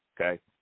okay